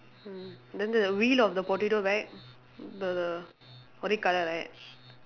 mm then the wheel of the potato bag the red colour right